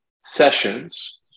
sessions